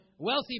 Wealthy